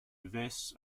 vests